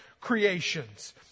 creations